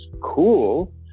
cool